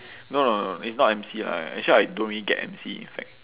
no no no it's not M_C lah actually I don't really get M_C in fact